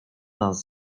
nas